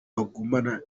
bagumana